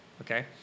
okay